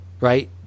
right